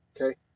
okay